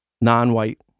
non-white